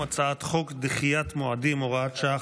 הצעת חוק דחיית מועדים (הוראת שעה,